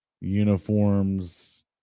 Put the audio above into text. uniforms